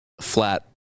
flat